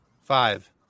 Five